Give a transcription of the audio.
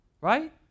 right